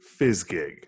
FizzGig